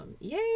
yay